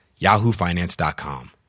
yahoofinance.com